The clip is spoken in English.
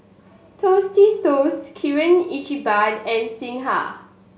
Tostitos Kirin Ichiban and Singha